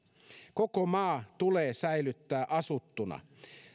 koko maa tulee säilyttää asuttuna